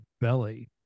belly